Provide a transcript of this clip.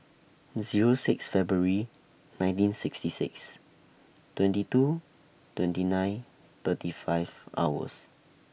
Zero six February nineteen sixty six twenty two twenty nine thirty five hours